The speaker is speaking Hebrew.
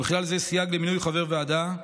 ובכלל זה סייג למינוי חבר ועדה,